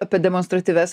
apie demonstratyvias